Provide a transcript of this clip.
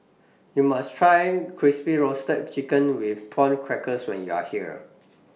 YOU must Try Crispy Roasted Chicken with Prawn Crackers when YOU Are here